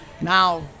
Now